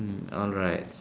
mm alright